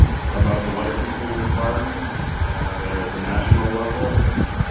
about the licensing requirements that are at the national level, and if